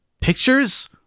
pictures